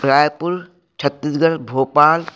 Raipur Chhattisgarh Bhopal